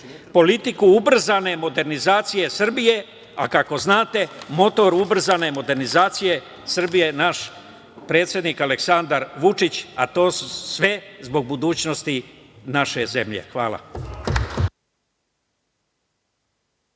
politiku ubrzane modernizacije Srbije, a kako znate, motor ubrzane modernizacije Srbije je naš predsednik Aleksandar Vučić, a to sve zbog budućnosti naše zemlje. Hvala.